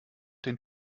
den